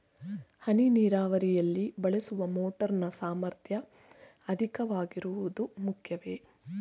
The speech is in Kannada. ಹನಿ ನೀರಾವರಿಯಲ್ಲಿ ಬಳಸುವ ಮೋಟಾರ್ ನ ಸಾಮರ್ಥ್ಯ ಅಧಿಕವಾಗಿರುವುದು ಮುಖ್ಯವೇ?